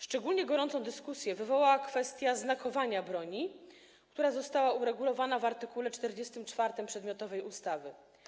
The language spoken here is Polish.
Szczególnie gorącą dyskusję wywołała kwestia znakowania broni, która została uregulowana w art. 44 przedmiotowej ustawy.